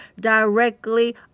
directly